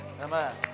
Amen